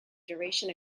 duration